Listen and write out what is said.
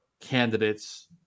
candidates